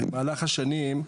במהלך השנים,